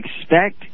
expect